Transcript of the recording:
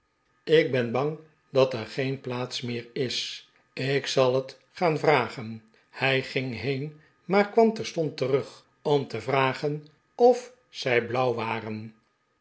ik ben bang dat er geen plaats meer is ik zal het gaan vragen hij ging heen niaar kwam terstond terug om te vragen of zij blauw waren